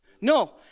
no